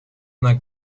una